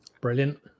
Brilliant